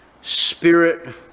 spirit